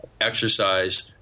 exercise